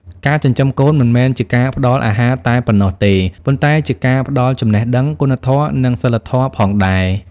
ការចិញ្ចឹមកូនមិនមែនជាការផ្ដល់អាហារតែប៉ុណ្ណោះទេ ប៉ុន្តែជាការផ្ដល់ចំណេះដឹង គុណធម៌ និងសីលធម៌ផងដែរ។